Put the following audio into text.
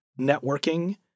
networking